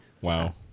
Wow